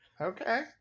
okay